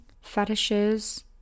fetishes